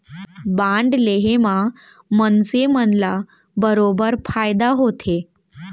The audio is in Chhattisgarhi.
बांड लेहे म मनसे मन ल बरोबर फायदा होथे